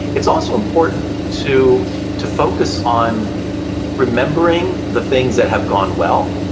it's also important to to focus on remembering the things that have gone well,